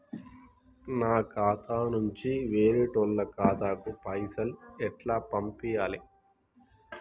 నా ఖాతా నుంచి వేరేటోళ్ల ఖాతాకు పైసలు ఎట్ల పంపాలే?